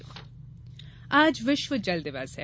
जल दिवस आज विश्व जल दिवस है